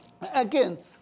Again